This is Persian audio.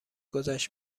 گذشت